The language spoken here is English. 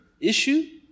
issue